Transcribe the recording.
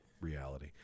reality